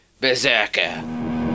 Berserker